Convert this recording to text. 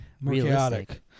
realistic